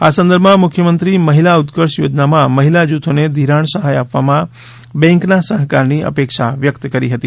આ સંદર્ભમાં મુખ્યમંત્રી મહિલા ઉત્કર્ષ યોજનામાં મહિલા જૂથોને ધિરાણ સહાય આપવામાં બેંકના સહકારની અપેક્ષા વ્યક્ત કરી હતી